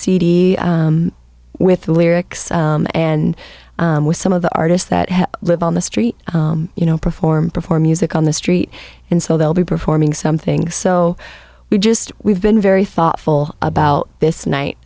cd with the lyrics and with some of the artists that live on the street you know perform perform music on the street and so they'll be performing something so we just we've been very thoughtful about this night